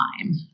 time